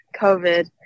COVID